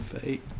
um eight.